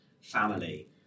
family